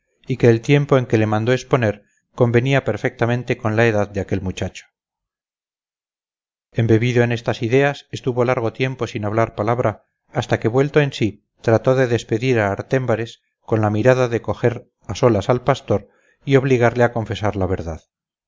y que el tiempo en que le mandó exponer convenía perfectamente con la edad de aquel muchacho embebido en estas ideas estuvo largo rato sin hablar palabra hasta que vuelto en sí trató de despedir a artémbares con la mira de coger a solas al pastor y obligarle a confesar la verdad